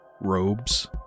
robes